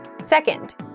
Second